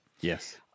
Yes